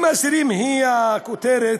אם האסירים הם הכותרת